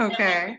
Okay